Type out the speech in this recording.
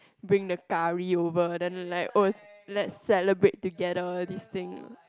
bring the curry over then like oh let's celebrate together this things